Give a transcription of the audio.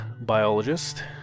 biologist